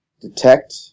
detect